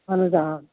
اَہَن حظ آ